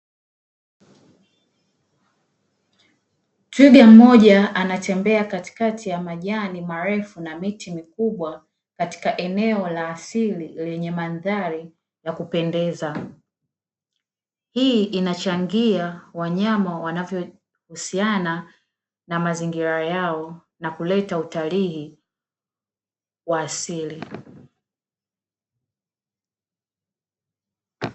Twiga mmoja anatembea katikati ya majani marefu na miti mikubwa katika eneo la asili lenye mandhari ya kupendeza, hii inachangia wanyama wanavyohusiana na mazingira yao na kuleta utalii wa asili.